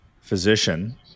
physician